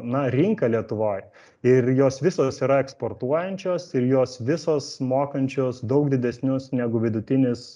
na rinką lietuvoj ir jos visos yra eksportuojančios ir jos visos mokančios daug didesnius negu vidutinis